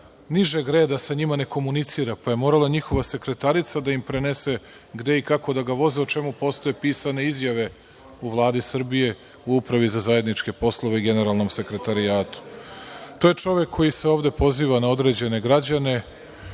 nižeg reda, sa njima ne komunicira, pa je morala njihova sekretarica da im prenese gde i kako da ga voze, o čemu postoje pisane izjave u Vladi Srbije, u Upravi za zajedničke poslove i Generalnom sekretarijatu. To je čovek koji se ovde poziva na određene građane. Vidim